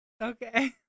Okay